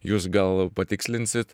jūs gal patikslinsit